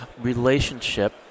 relationship